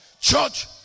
Church